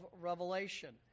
Revelation